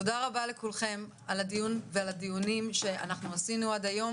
תודה רבה לכולכם על הדיון ועל הדיונים שעשינו עד היום.